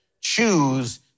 Choose